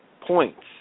points